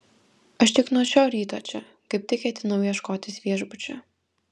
aš tik nuo šio ryto čia kaip tik ketinau ieškotis viešbučio